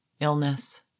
illness